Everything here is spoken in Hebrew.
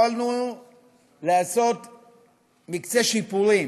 יכולנו לעשות מקצה שיפורים,